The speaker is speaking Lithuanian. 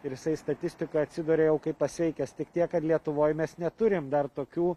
ir jisai statistikoj atsiduria jau kaip pasveikęs tik tiek kad lietuvoj mes neturim dar tokių